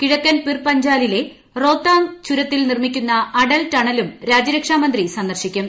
കിഴക്കൻ പിർപഞ്ചാലിലെ റോഹ്താങ് ചുരത്തിൽ നിർമ്മിക്കുന്ന അടൽ ടണലും രാജ്യരക്ഷാമന്ത്രി സന്ദർശിക്കും